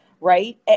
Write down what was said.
right